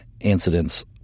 incidents